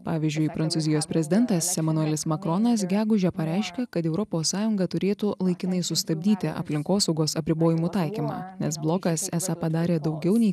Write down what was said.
pavyzdžiui prancūzijos prezidentas emanuelis makronas gegužę pareiškė kad europos sąjunga turėtų laikinai sustabdyti aplinkosaugos apribojimų taikymą nes blokas esą padarė daugiau nei